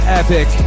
epic